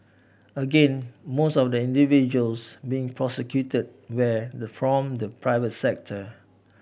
again most of individuals being prosecuted were the the private sector